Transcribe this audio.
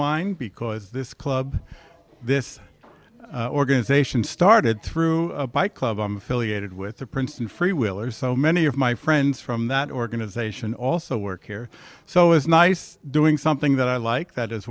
mine because this club this organization started through a bike club i'm affiliated with the princeton free will or so many of my friends from that organization also work here so it's nice doing something that i like that is